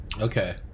Okay